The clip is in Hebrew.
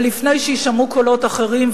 ולפני שיישמעו קולות אחרים,